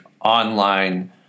online